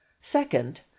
Second